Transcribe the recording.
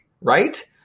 right